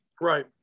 Right